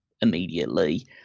immediately